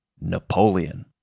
Napoleon